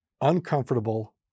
uncomfortable